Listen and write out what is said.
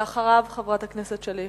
אחריו, חברת הכנסת שלי יחימוביץ.